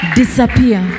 disappear